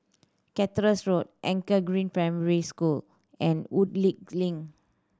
Cactus Road Anchor Green Primary School and Woodleigh Link